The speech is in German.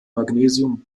magnesium